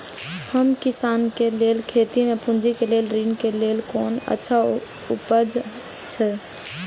हम किसानके लेल खेती में पुंजी के लेल ऋण के लेल कोन अच्छा उपाय अछि?